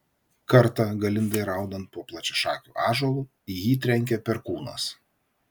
kartą galindai raudant po plačiašakiu ąžuolu į jį trenkė perkūnas